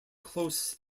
close